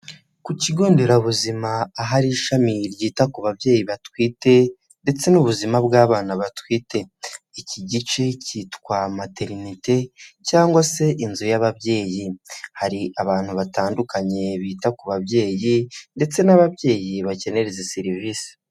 Ku kigo nderabuzima ahari ishami ryita ku babyeyi batwite ndetse n'ubuzima bw'abana batwite, iki gice cyitwa materinite cyangwa se inzu y'ababyeyi, hari abantu batandukanye bita ku babyeyi ndetse n'ababyeyi bakenera izi serivisi.